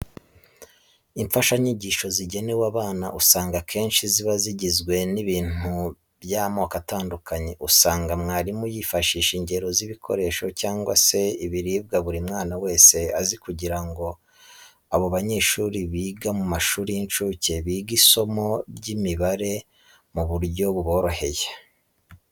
Imfashanyigisho zigenewe abana usanga akenshi ziba zigizwe n'ibintu by'amoko atandukanye. Usanga mwarimu yifashisha ingero z'ibikoresho cyangwa se ibiribwa buri mwana wese azi kugira ngo abo banyeshuri biga mu mashuri y'incuke bige isomo ry'imibare mu buryo buboroheye.